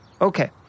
Okay